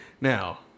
Now